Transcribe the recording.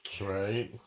right